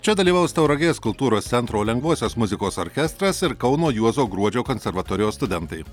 čia dalyvaus tauragės kultūros centro lengvosios muzikos orkestras ir kauno juozo gruodžio konservatorijos studentai